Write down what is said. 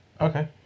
Okay